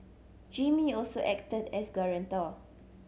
Jimmy also acted as guarantor